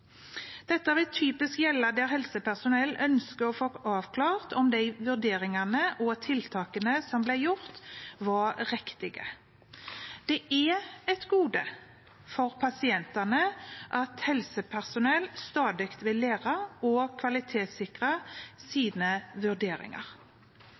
Dette vil typisk gjelde der helsepersonellet ønsker å få avklart om de vurderingene og tiltakene som ble gjort, var riktige. Det er et gode for pasientene at helsepersonell stadig vil lære og kvalitetssikre